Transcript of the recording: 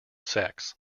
sex